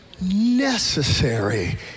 Necessary